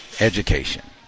education